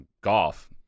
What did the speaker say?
golf